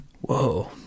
Whoa